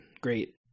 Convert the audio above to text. Great